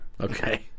Okay